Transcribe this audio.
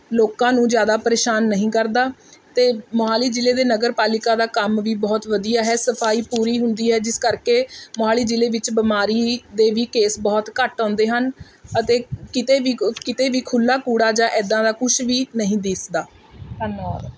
ਲੋਕਾਂ ਨੂੰ ਜ਼ਿਆਦਾ ਪ੍ਰੇਸ਼ਾਨ ਨਹੀਂ ਕਰਦਾ ਅਤੇ ਮੋਹਾਲੀ ਜ਼ਿਲ੍ਹੇ ਦੇ ਨਗਰਪਾਲਿਕਾ ਦਾ ਕੰਮ ਵੀ ਬਹੁਤ ਵਧੀਆ ਹੈ ਸਫਾਈ ਪੂਰੀ ਹੁੰਦੀ ਹੈ ਜਿਸ ਕਰਕੇ ਮੋਹਾਲੀ ਜ਼ਿਲ੍ਹੇ ਵਿੱਚ ਬਿਮਾਰੀ ਦੇ ਵੀ ਕੇਸ ਬਹੁਤ ਘੱਟ ਆਉਂਦੇ ਹਨ ਅਤੇ ਕਿਤੇ ਵੀ ਕੋ ਕਿਤੇ ਵੀ ਖੁੱਲ੍ਹਾ ਕੂੜਾ ਜਾਂ ਇੱਦਾਂ ਦਾ ਕੁਛ ਵੀ ਨਹੀਂ ਦਿਸਦਾ ਧੰਨਵਾਦ